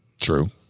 True